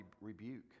rebuke